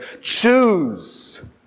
Choose